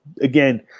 again